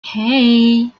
hey